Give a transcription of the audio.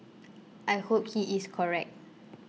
I hope he is correct